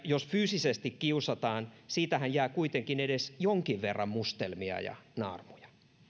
jos fyysisesti kiusataan siitähän jää kuitenkin edes jonkin verran mustelmia ja naarmuja